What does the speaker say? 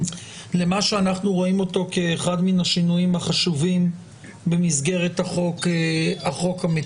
למה שאנחנו רואים אותו כאחד מן השינויים החשובים במסגרת החוק המתוקן.